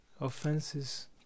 offenses